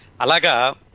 alaga